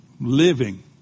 Living